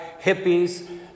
hippies